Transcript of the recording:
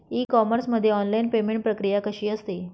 E commerce मध्ये online payment प्रक्रिया कशी असते?